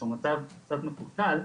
שהוא מצב קצת מקולקל,